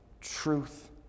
truth